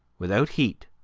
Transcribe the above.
without heat,